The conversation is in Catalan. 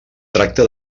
tracta